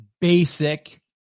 basic